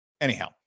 Anyhow